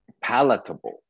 palatable